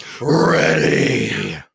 ready